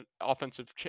offensive